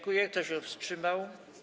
Kto się wstrzymał?